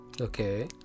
Okay